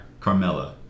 Carmella